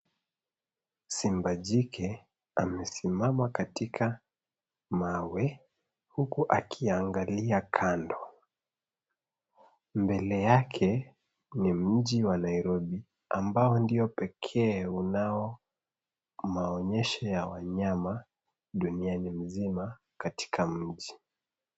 Simba jike amesimama katika mawe huku akiangalia kando. Mbele yake ni mji wa Nairobi ambao ndio pekee unao maonyesho ya wanyama dunia nzima katika mji.